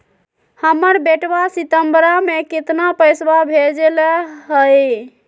हमर बेटवा सितंबरा में कितना पैसवा भेजले हई?